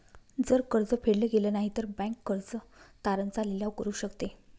जर कर्ज फेडल गेलं नाही, तर बँक कर्ज तारण चा लिलाव करू शकते